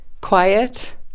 quiet